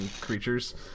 creatures